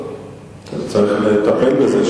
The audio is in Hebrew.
צריך לטפל בזה,